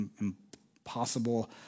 impossible